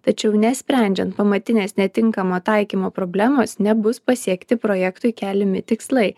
tačiau nesprendžiant pamatinės netinkamo taikymo problemos nebus pasiekti projektui keliami tikslai